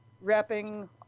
wrapping